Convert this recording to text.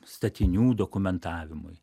statinių dokumentavimui